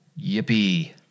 yippee